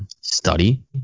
study